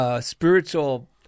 spiritual